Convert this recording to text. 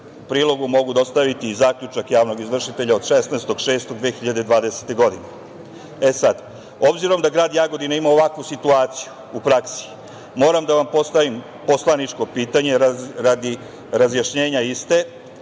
prilogu mogu dostaviti zaključak javnog izvršitelja od 16. juna 2020. godine. Obzirom da grad Jagodina ima ovakvu situaciju u praksi, moram da vam postavim poslaničko pitanje radi razjašnjenja iste,